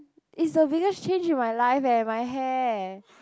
is the biggest change in my life eh my hair